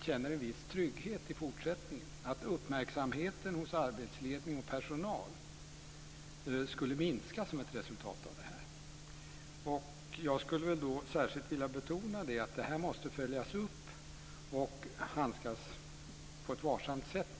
känner en viss trygghet i fortsättningen, att uppmärksamheten hos arbetsledning och personal skulle minska. Jag vill då särskilt betona att det här måste följas upp och handskas med på ett varsamt sätt.